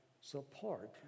support